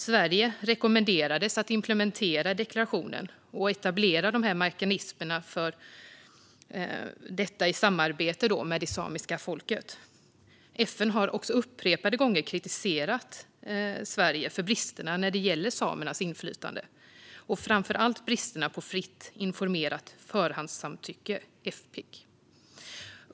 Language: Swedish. Sverige rekommenderades att implementera deklarationen och etablera mekanismerna för detta i samarbete med det samiska folket. FN har också upprepade gånger kritiserat Sverige för bristerna när det gäller samernas inflytande, framför allt bristen på fritt och informerat förhandssamtycke, FPIC.